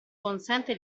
consente